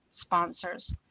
sponsors